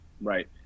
Right